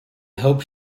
hoped